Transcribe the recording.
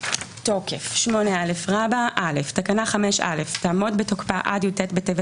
"תוקף 8א. (א) תקנה 5א תעמוד בתוקפה עד י"ט בטבת